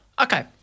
Okay